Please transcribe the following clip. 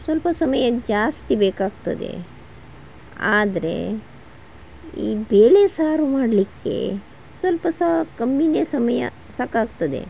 ಸ್ವಲ್ಪ ಸಮಯ ಜಾಸ್ತಿ ಬೇಕಾಗ್ತದೆ ಆದರೆ ಈ ಬೇಳೆಸಾರು ಮಾಡಲಿಕ್ಕೆ ಸ್ವಲ್ಪ ಸಹ ಕಮ್ಮಿಯೇ ಸಮಯ ಸಾಕಾಗ್ತದೆ